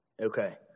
Okay